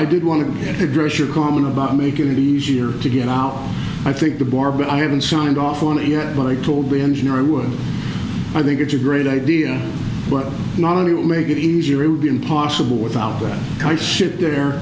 i did want to integrate your comment about make it easier to get out i think the bore but i haven't signed off on it yet but i told the engineer i would i think it's a great idea but not only will make it easier it would be impossible without that kind ship there